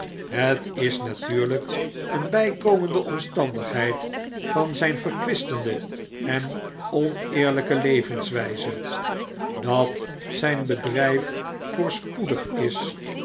het is nattfurlp een bpomende omstandigheid van zyn verkwistende en oneerlijke levenswyze dat zijn bedryf voorspoedig is